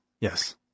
Yes